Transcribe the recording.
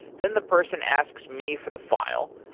then the person asks me for the file.